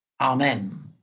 Amen